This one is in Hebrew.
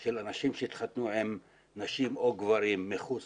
של אנשים שהתחתנו עם נשים או גברים מחוץ